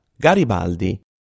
Garibaldi